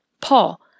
Paul